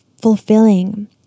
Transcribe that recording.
fulfilling